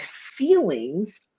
feelings